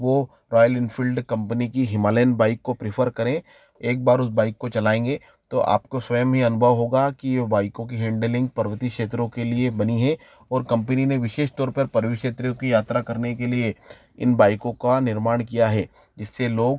वो Royal Enfield company की Himalayan bike को प्रिफ़र करें एक बार उस बाइक को चलाएंगे तो आपको स्वयं ही अनुभव होगा कि ये बाइकों की हेंडलिंग पर्वतीय क्षेत्रों के लिए बनी हे ओर कंपनी ने विशेष तौर पर पर्वतीय क्षेत्रों की यात्रा करने के लिए इन बाइकों का निर्माण किया है जिससे लोग